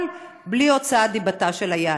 אבל בלי הוצאת דיבתה של היהדות.